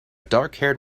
darkhaired